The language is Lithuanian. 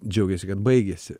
džiaugiasi kad baigėsi